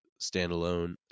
standalone